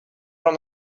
from